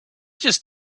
just